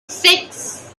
six